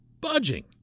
budging